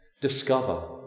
discover